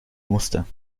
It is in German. muster